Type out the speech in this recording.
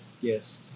yes